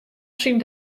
syn